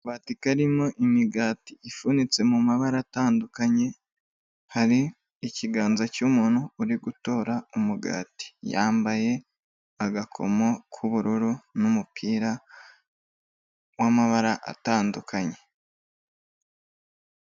Akabati karimo imigati ifunitse mu mabara atandukanye, hari ikiganza cy'umuntu uri gutoragura umugati yambaye agakomo k'ubururu n'umupira wa'amabara atandukanye.